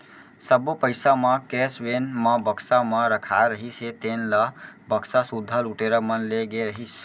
सब्बो पइसा म कैस वेन म बक्सा म रखाए रहिस हे तेन ल बक्सा सुद्धा लुटेरा मन ले गे रहिस